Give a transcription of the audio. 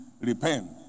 Repent